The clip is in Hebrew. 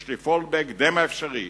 יש לפעול בהקדם האפשרי